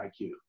IQ